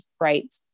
right